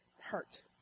hurt